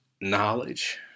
knowledge